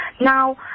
now